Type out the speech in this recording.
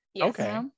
Okay